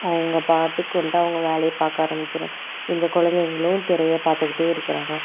அவங்க பாட்டுக்கு வந்துட்டு அவங்க வேலையை பார்க்க ஆரம்பிச்சிடுறாங்க இந்த குலந்தைங்களும் திரையை பார்த்துக்கிட்டே இருக்கிறாங்க